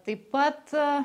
taip pat